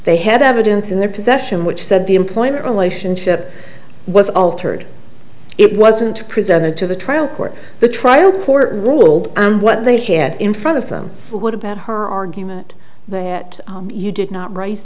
they had evidence in their possession which said the employment relationship was altered it wasn't presented to the trial court the trial court ruled what they had in front of them what about her argument that you did not r